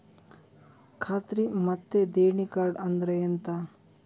ಖಾತ್ರಿ ಮತ್ತೆ ದೇಣಿ ಕಾರ್ಡ್ ಅಂದ್ರೆ ಎಂತ?